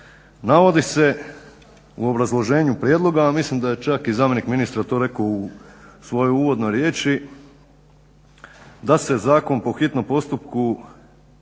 navodi se u obrazloženju prijedloga, a mislim da je čak i zamjenik ministra to rekao u svojoj uvodnoj riječi da se zakon po hitnom postupku stavlja